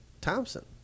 Thompson